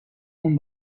اون